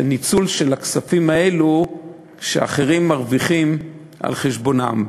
ניצול של הכספים האלה כך שאחרים מרוויחים ועל חשבונם.